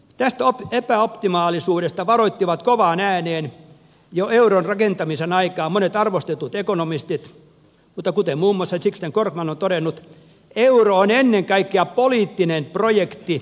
tästä epäoptimaalisuudesta varoittivat kovaan ääneen jo euron rakentamisen aikaan monet arvostetut ekonomistit mutta kuten muun muassa sixten korkman on todennut euro on ennen kaikkea poliittinen projekti